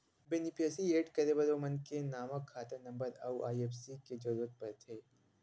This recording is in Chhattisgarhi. बेनिफिसियरी एड करे बर ओ मनखे के नांव, खाता नंबर अउ आई.एफ.एस.सी के जरूरत परथे